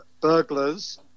burglars